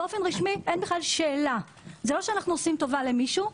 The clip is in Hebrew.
זה לא שאנחנו עושים טובה למישהו.